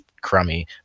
crummy